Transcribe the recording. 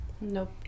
Nope